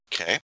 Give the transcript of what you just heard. Okay